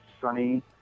sunny